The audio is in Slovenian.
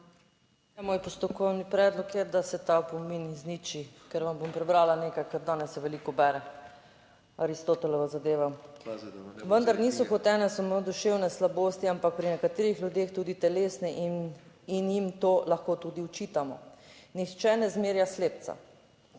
moj postopkovni predlog je, da se ta opomin izniči, ker vam bom prebrala nekaj, kar danes se veliko bere. Aristotelova zadeva. Vendar niso hotene samo duševne slabosti, ampak pri nekaterih ljudeh tudi telesni in jim to lahko tudi očitamo. Nihče ne zmerja slepca,